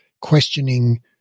questioning